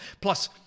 plus